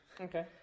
Okay